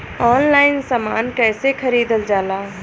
Online समान कैसे खरीदल जाला?